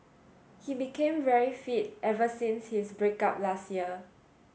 he became very fit ever since his break up last year